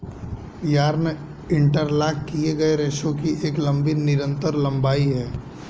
yarn interlock किए गए रेशों की एक लंबी निरंतर लंबाई है